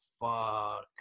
fuck